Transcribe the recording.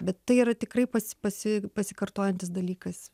bet tai yra tikrai pas pasi pasikartojantis dalykas